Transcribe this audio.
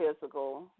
physical